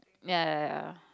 ya ya ya